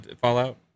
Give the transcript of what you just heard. Fallout